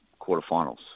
quarterfinals